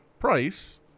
price